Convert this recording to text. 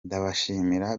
ndabashimira